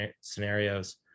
scenarios